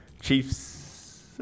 Chiefs